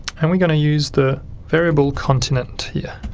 and we're going to use the variable continent here.